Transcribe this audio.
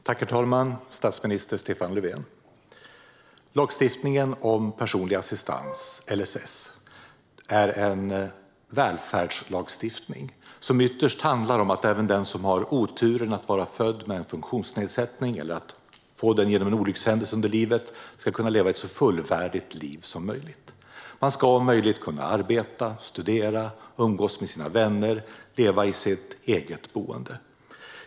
Herr talman och statsminister Stefan Löfven! Lagstiftningen om personlig assistans, LSS, är en välfärdlagstiftning, som ytterst handlar om att även den som har oturen att vara född med en funktionsnedsättning eller att få den genom en olyckshändelse under livet ska kunna leva ett så fullvärdigt liv som möjligt. Man ska om möjligt kunna arbeta, studera, umgås med sina vänner och leva i sitt eget boende.